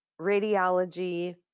radiology